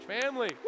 family